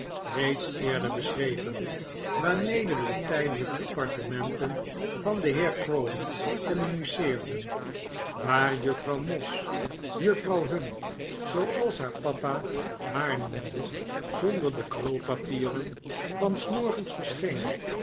reeds eerder beschreven waarmede de tijdelijke appartementen van den heer crawley communiceerden waar juffrouw moss juffrouw hum zooals haar papa haar noemde zonder de